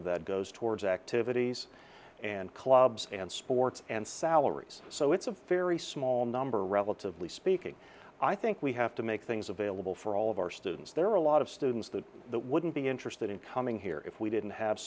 of that goes towards activities and clubs and sports and salaries so it's a very small number relatively speaking i think we have to make things available for all of our students there are a lot of students that wouldn't be interested in coming here if we didn't have